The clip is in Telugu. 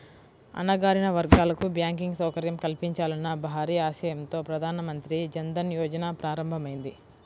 అణగారిన వర్గాలకు బ్యాంకింగ్ సౌకర్యం కల్పించాలన్న భారీ ఆశయంతో ప్రధాన మంత్రి జన్ ధన్ యోజన ప్రారంభమైంది